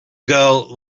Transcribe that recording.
girl